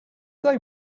they